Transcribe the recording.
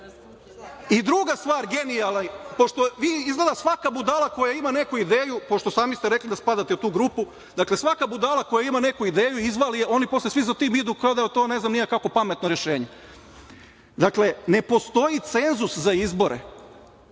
delo. Druga stvar genijalna, pošto izgleda svaka budala koja ima neku ideju, pošto sami ste rekli da spadate u tu grupu, dakle, svaka budala koja ima neku ideju, izvali je, oni posle svi za tim idu kao da je to ne znam kakvo pametno rešenje. Dakle, ne postoji cenzus za izbore.